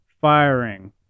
firing